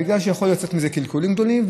בגלל שיכולים לצאת מזה קלקולים גדולים,